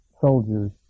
soldiers